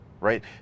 right